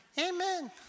amen